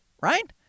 right